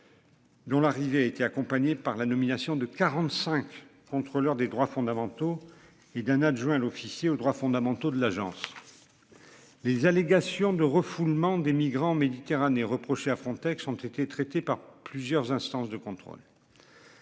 Dont l'arrivée était accompagné par la nomination de 45 contrôleur des droits fondamentaux et d'un adjoint l'officier aux droits fondamentaux de l'agence. Les allégations de refoulement des migrants en Méditerranée reproché à Frontex ont été traités par plusieurs instances de contrôle.